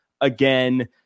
again